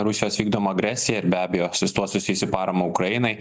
rusijos vykdoma agresija ir be abejo su tuo susijusi parama ukrainai